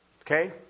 Okay